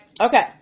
Okay